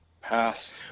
Pass